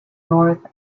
north